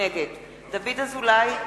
נגד דוד אזולאי,